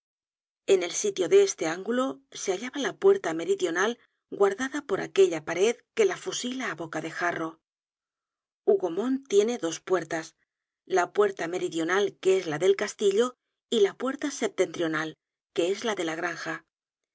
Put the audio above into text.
en el sitio de este ángulo se hallaba la puerta meridional guardada por aquella pared que la fusila á boca de jarro hougomont tiene dos puertas la puerta meridional que es la del castillo y la puerta septentrional que es la de la granja